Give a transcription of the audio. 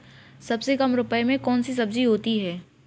सबसे कम रुपये में कौन सी सब्जी होती है?